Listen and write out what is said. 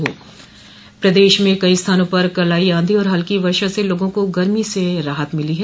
प्रदेश में कई स्थानों पर कल आई आंधी और हल्की वर्षा से लोगों को गर्मी से राहत मिली है